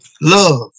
love